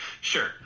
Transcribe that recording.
sure